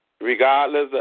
Regardless